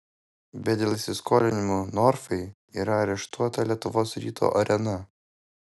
bet dėl įsiskolinimų norfai yra areštuota lietuvos ryto arena